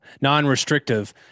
non-restrictive